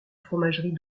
fromagerie